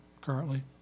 currently